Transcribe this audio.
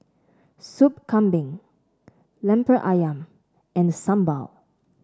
Soup Kambing Lemper ayam and Sambal